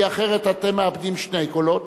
כי אחרת אתם מאבדים שני קולות.